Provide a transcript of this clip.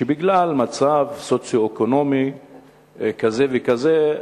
שבגלל מצב סוציו-אקונומי כזה וכזה,